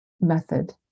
method